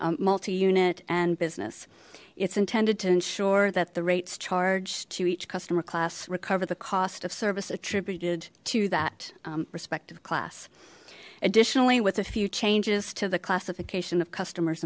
family multi unit and business it's intended to ensure that the rates charged to each customer class recover the cost of service attributed to that respective class additionally with a few changes to the classification of customers